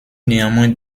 néanmoins